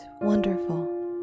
wonderful